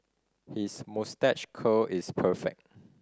his moustache curl is perfect